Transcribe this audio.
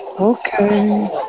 Okay